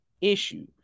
issue